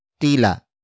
tila